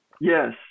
Yes